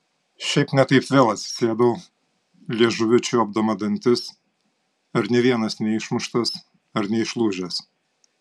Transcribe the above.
šiaip ne taip vėl atsisėdau liežuviu čiuopdama dantis ar nė vienas neišmuštas ar neišlūžęs